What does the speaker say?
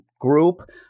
group